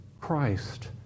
Christ